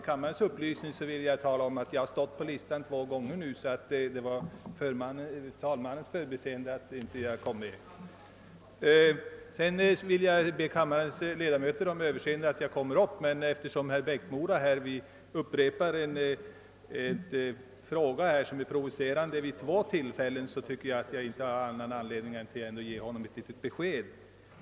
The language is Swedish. Herr talman! Jag anser mig tvungen att ta till orda ännu en gång eftersom herr Eriksson i Bäckmora vid två tillfällen framställt en provocerande fråga och jag alltså har anledning att ge honom ett besked.